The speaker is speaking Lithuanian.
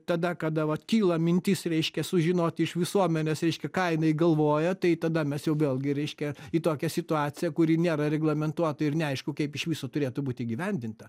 tada kada vat kyla mintis reiškia sužinoti iš visuomenės reiškia ką jinai galvoja tai tada mes jau vėlgi reiškia į tokią situaciją kuri nėra reglamentuota ir neaišku kaip iš viso turėtų būti įgyvendinta